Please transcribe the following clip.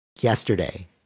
yesterday